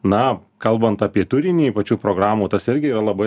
na kalbant apie turinį pačių programų tas irgi yra labai